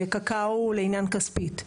לקקאו לעניין כספית.